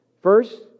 First